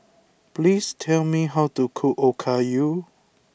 please tell me how to cook Okayu